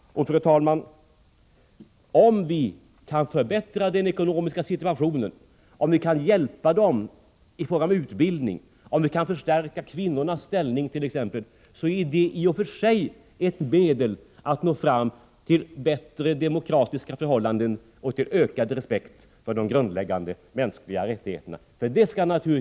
Fru talman! Om vi kan förbättra den ekonomiska situationen, om vi kan hjälpa dessa människor i fråga om utbildning, om vi kan förstärka kvinnornas ställning, t.ex., är det i och för sig medel att nå fram till bättre demokratiska förhållanden och till ökad respekt för de grundläggande mänskliga rättigheterna.